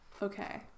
Okay